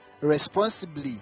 responsibly